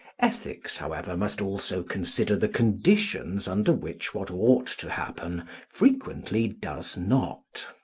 ethics, however, must also consider the conditions under which what ought to happen frequently does not.